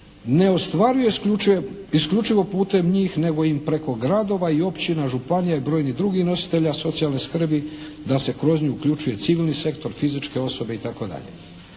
ne ostvaruje isključivo putem njih, nego ih putem gradova i općina, županija i brojnih drugih nositelja socijalne skrbi, da se kroz nju uključuje civilni sektor, fizičke osobe itd.